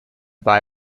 buy